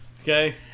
Okay